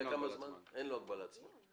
אין לו הגבלת זמן.